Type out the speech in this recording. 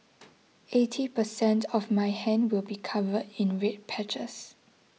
eighty percent of my hand will be covered in red patches